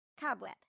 Cobweb